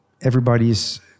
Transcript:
everybody's